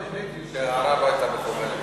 האמת היא שההערה לא הייתה מכוונת אליך.